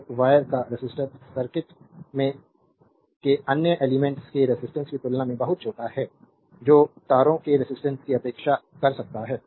तो वायर का resistance circuit में अन्य एलिमेंट्स के रेजिस्टेंस की तुलना में बहुत छोटा है जो तारों के रेजिस्टेंस की उपेक्षा कर सकता है